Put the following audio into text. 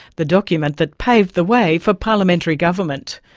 the document that paved the way for parliamentary government.